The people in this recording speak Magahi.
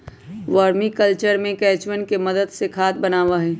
वर्मी कल्चर में केंचुवन के मदद से खाद बनावा हई